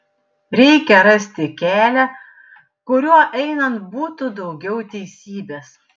reikia rasti kelią kuriuo einant būtų daugiau teisybės